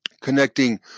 connecting